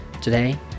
Today